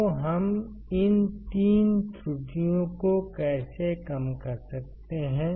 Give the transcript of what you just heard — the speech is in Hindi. तो हम इन 3 त्रुटियों को कैसे कम कर सकते हैं